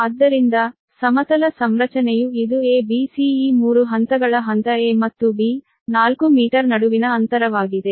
ಆದ್ದರಿಂದ ಸಮತಲ ಸಂರಚನೆಯು ಇದು a b c ಈ 3 ಹಂತಗಳ ಹಂತ a ಮತ್ತು b 4 ಮೀಟರ್ ನಡುವಿನ ಅಂತರವಾಗಿದೆ